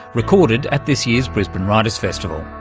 recorded at this year's brisbane writers' festival.